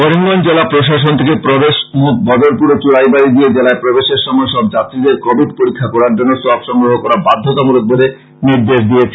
করিমগঞ্জ জেলার প্রবেশ মৃখ বদরপুর ও চড়াইবাড়ী দিয়ে জেলায় প্রবেশের সময় সব যাত্রীদের কোবিড পরীক্ষা করার জন্য সোয়াব সংগ্রহ করা বাধ্যতামূলক বলে নির্দেশ দিয়েছে